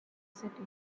city